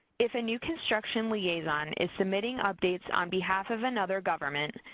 if a new construction liaison is submitting updates on behalf of another government,